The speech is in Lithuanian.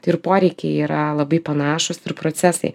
tai ir poreikiai yra labai panašūs procesai